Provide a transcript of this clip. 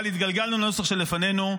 אבל התגלגלנו לנוסח שלפנינו,